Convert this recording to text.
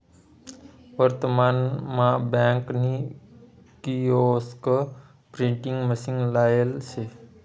वर्तमान मा बँक नी किओस्क प्रिंटिंग मशीन लायेल शे